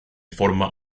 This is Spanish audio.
forma